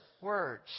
Words